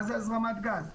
מה זה הזרמת גז?